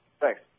Thanks